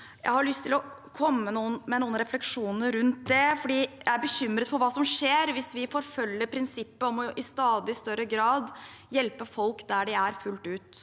Jeg har lyst til å komme med noen refleksjoner rundt det, for jeg bekymret for hva som skjer hvis vi forfølger prinsippet om å i stadig større grad hjelpe folk der de er, fullt ut.